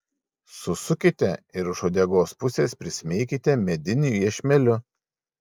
susukite ir iš uodegos pusės prismeikite mediniu iešmeliu